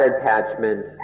attachment